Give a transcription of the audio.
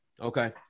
Okay